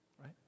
right